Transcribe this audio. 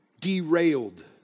derailed